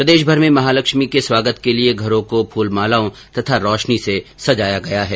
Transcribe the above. प्रदेशभर में महालक्ष्मी के स्वागत के लिए घरों को फूल मालाओं तथा रोशनी से सजाया गया है